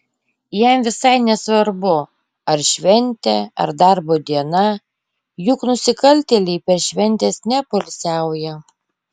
jam visai nesvarbu ar šventė ar darbo diena juk nusikaltėliai per šventes nepoilsiauja